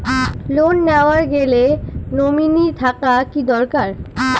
Loan নেওয়ার গেলে nominee থাকা কি দরকারী?